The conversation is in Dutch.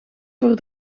voor